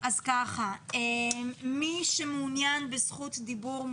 מי שמעוניין בזכות דיבור,